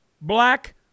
black